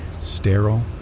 Sterile